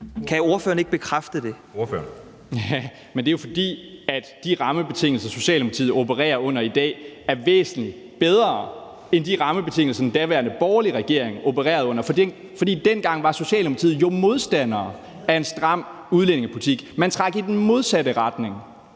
Kl. 13:20 Mikkel Bjørn (DF): Men det er jo, fordi de rammebetingelser, som Socialdemokratiet opererer under i dag, er væsentlig bedre end de rammebetingelser, den daværende borgerlige regering opererede under. For dengang var Socialdemokratiet jo modstandere af en stram udlændingepolitik; man trak i den modsatte retning.